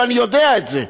ואני יודע את זה,